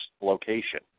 location